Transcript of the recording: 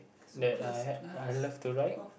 that I l~ I love to ride